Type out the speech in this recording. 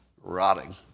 rotting